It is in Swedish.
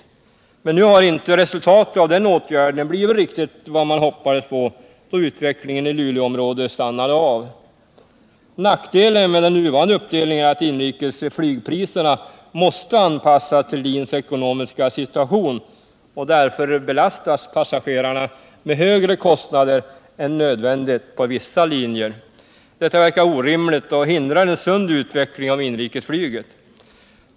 Nu har emellertid inte resultatet av den åtgärden blivit riktigt vad man hoppades på, då utvecklingen i Luleåområdet stannade av. Nackdelen med den nuvarande uppdelningen är att inrikesflygpriserna måste anpassas till LIN:s ekonomiska situation, och därför belastas passagerarna med högre kostnader än nödvändigt på vissa linjer. Detta verkar orimligt och hindrar en sund utveckling av inrikesflyget.